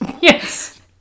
Yes